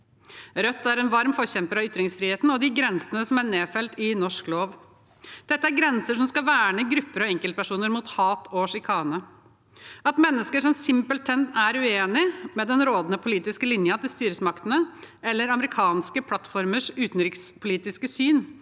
Rødt er en varm forkjemper for ytringsfriheten og for de grensene som er nedfelt i norsk lov. Dette er grenser som skal verne grupper og enkeltpersoner mot hat og sjikane. At mennesker som simpelthen er uenige med den rådende politiske linjen til styresmaktene eller amerikanske plattformers utenrikspolitiske syn,